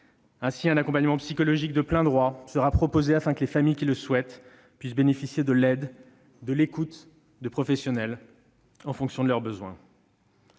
Ainsi, un accompagnement psychologique de plein droit sera proposé, afin que les familles qui le souhaitent puissent bénéficier de l'aide et de l'écoute de professionnels, en fonction de leurs besoins.